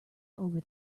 over